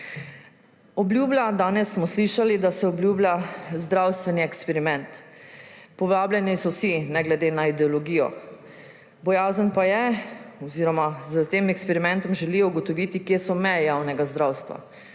Obljublja, danes smo slišali, da se obljublja zdravstveni eksperiment. Povabljeni so vsi, ne glede na ideologijo. S tem eksperimentom želijo ugotoviti, kje so meje javnega zdravstva.